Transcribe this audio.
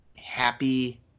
happy